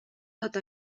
tot